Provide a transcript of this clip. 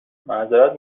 معظرت